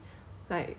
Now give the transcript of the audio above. sale ever